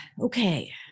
okay